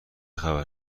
خبر